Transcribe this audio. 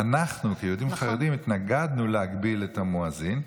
אנחנו כיהודים חרדים התנגדנו להגביל את המואזין.